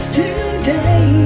today